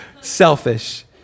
selfish